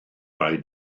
mae